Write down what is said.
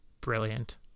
brilliant